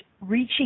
reaching